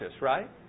right